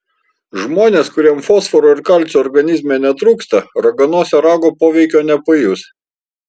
žmonės kuriems fosforo ir kalcio organizme netrūksta raganosio rago poveikio nepajus